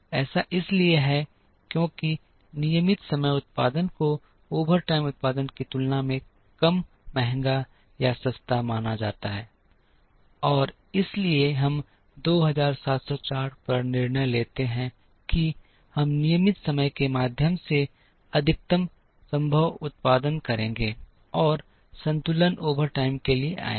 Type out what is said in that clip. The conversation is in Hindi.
ऐसा इसलिए है क्योंकि नियमित समय उत्पादन को ओवरटाइम उत्पादन की तुलना में कम महंगा या सस्ता माना जाता है और इसलिए हम 2704 पर निर्णय लेते हैं कि हम नियमित समय के माध्यम से अधिकतम संभव उत्पादन करेंगे और संतुलन ओवरटाइम के लिए आएगा